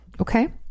okay